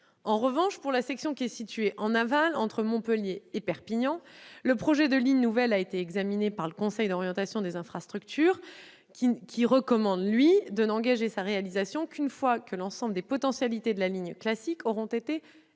En revanche, pour la section qui est située en aval, entre Montpellier et Perpignan, le projet de ligne nouvelle a été examiné par le Conseil d'orientation des infrastructures, qui recommande de n'engager sa réalisation qu'une fois que l'ensemble des potentialités de la ligne classique aura été exploité.